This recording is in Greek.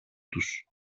τους